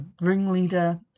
ringleader